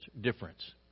difference